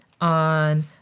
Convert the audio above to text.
on